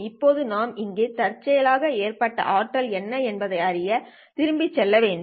இப்போது நாம் இங்கே தற்செயலாக ஏற்பட்ட ஆற்றல் என்ன என்பதை அறிய திரும்பிச் செல்ல வேண்டும்